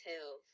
tell